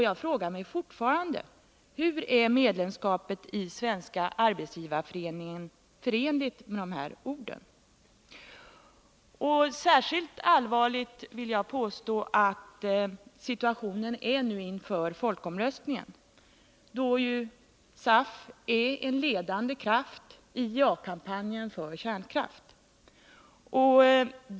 Jag frågar fortfarande: Hur är medlemskapet i Svenska arbetsgivareföreningen förenligt med dessa ord? Särskilt allvarlig vill jag påstå att situationen är nu inför folkomröstningen, då SAF är en ledande kraft i ja-kampanjen för kärnkraft.